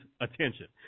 attention